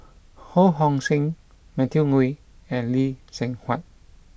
Ho Hong Sing Matthew Ngui and Lee Seng Huat